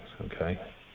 okay